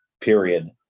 period